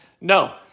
No